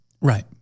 Right